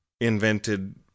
invented